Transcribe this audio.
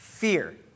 Fear